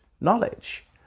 knowledge